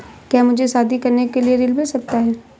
क्या मुझे शादी करने के लिए ऋण मिल सकता है?